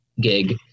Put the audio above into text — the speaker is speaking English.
gig